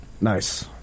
Nice